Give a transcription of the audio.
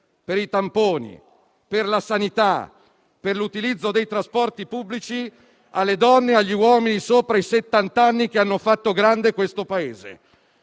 spesa, i tamponi, la sanità e l'utilizzo dei trasporti pubblici alle donne e agli uomini sopra i settant'anni, che hanno fatto grande questo Paese.